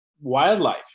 wildlife